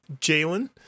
Jalen